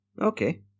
Okay